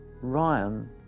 Ryan